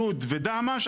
לוד ודהמש,